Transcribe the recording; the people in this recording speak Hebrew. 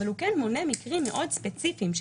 אבל הוא כן מונה מקרים ספציפיים מאוד,